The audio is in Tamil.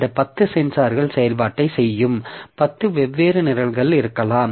இந்த பத்து சென்சார்கள் செயல்பாட்டைச் செய்யும் பத்து வெவ்வேறு நிரல்கள் இருக்கலாம்